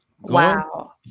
Wow